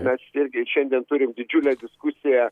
mes irgi šiandien turim didžiulę diskusiją